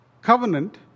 covenant